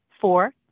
Four